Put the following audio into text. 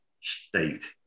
state